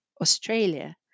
Australia